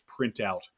printout